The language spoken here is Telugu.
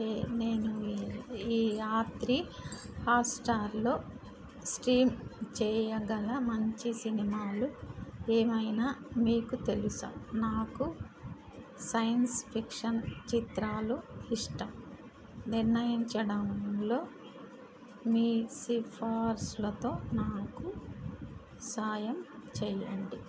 హే నేను ఈ ఈ రాత్రి హాట్స్టార్లో స్ట్రీమ్ చేయగల మంచి సినిమాలు ఏమైనా మీకు తెలుసా నాకు సైన్స్ ఫిక్షన్ చిత్రాలు ఇష్టం నిర్ణయించడంలో మీ సిఫార్సులతో నాకు సాయం చేయండి